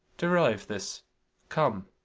derive this come.